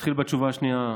נתחיל בתשובה השנייה.